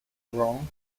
wrong